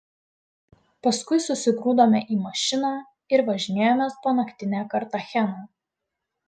paskui susigrūdome į mašiną ir važinėjomės po naktinę kartacheną